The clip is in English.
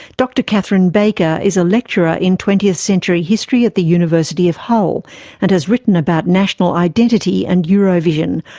dr catherine baker is a lecturer in twentieth century history at the university of hull and has written about national identity and eurovision.